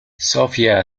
sophia